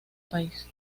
país